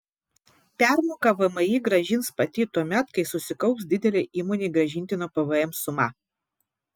permoką vmi grąžins pati tuomet kai susikaups didelė įmonei grąžintino pvm suma